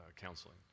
counseling